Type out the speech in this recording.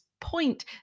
point